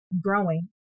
growing